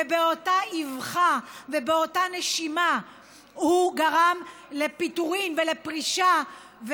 ובאותה אבחה ובאותה נשימה הוא גרם לפיטורים ולפרישה,